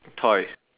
toys